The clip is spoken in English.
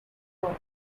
wool